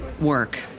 work